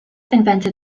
invented